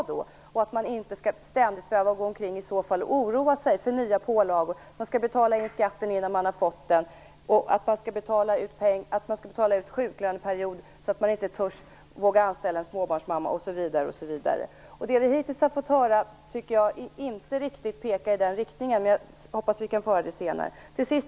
Man skall inte ständigt behöva oroa sig för nya pålagor - för att skatten skall betalas in i förväg och för man skall betala för sjuklöneperioden. Således törs man inte anställa småbarnsmammor osv. Vad vi hittills hört tycker jag inte riktigt pekar i nämnda riktning. Jag hoppas att vi får höra det senare.